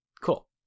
cool